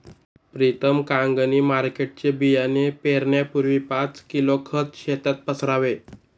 प्रीतम कांगणी मार्केटचे बियाणे पेरण्यापूर्वी पाच किलो खत शेतात पसरावे